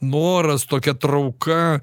noras tokia trauka